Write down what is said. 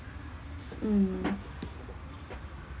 mm